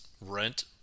rent